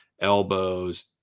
elbows